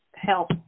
Help